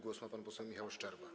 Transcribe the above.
Głos ma pan poseł Michał Szczerba.